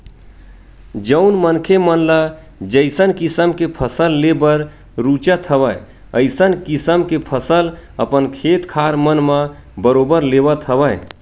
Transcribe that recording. जउन मनखे मन ल जइसन किसम के फसल लेबर रुचत हवय अइसन किसम के फसल अपन खेत खार मन म बरोबर लेवत हवय